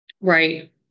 Right